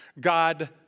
God